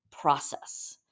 process